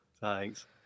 Thanks